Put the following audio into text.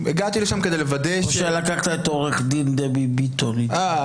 או שלקחת את עו"ד דבי ביטון איתך?